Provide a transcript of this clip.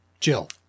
Jill